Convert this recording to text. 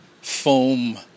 Foam